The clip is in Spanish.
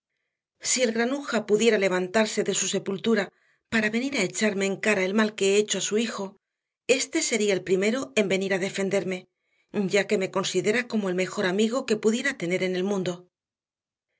si el granuja pudiera levantarse de su sepultura para venir a echarme en cara el mal que he hecho a su hijo éste sería el primero en venir a defenderme ya que me considera como el mejor amigo que pudiera tener en el mundo